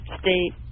state